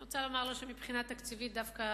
אני רוצה לומר לו שמבחינה תקציבית דווקא